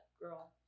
girl